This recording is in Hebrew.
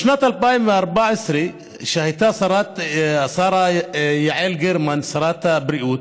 בשנת 2014, כשהייתה השרה יעל גרמן שרת הבריאות,